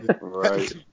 Right